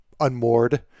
unmoored